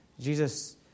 Jesus